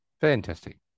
fantastic